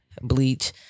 Bleach